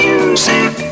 Music